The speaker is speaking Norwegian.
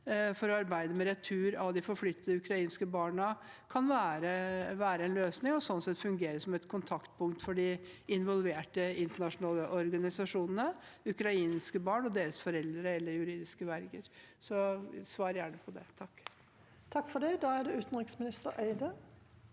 for å arbeide med retur av de forflyttede ukrainske barna, kan være en løsning og sånn sett fungere som et kontaktpunkt mellom de involverte internasjonale organisasjonene, ukrainske barn og deres foreldre eller juridiske verger. Svar gjerne på det. Utenriksminister Espen